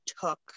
took